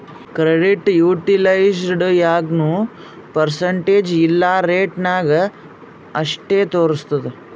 credit utilised ಯಾಗ್ನೂ percentage ಇಲ್ಲಾ rate ನಾಗ್ ಅಷ್ಟೇ ತೋರುಸ್ತುದ್